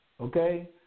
Okay